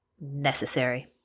necessary